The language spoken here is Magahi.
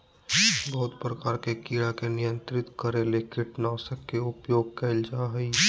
बहुत प्रकार के कीड़ा के नियंत्रित करे ले कीटनाशक के उपयोग कयल जा हइ